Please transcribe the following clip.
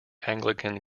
anglican